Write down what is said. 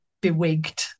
bewigged